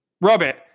Robert